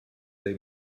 they